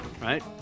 right